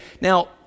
now